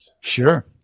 Sure